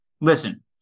listen